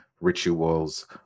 rituals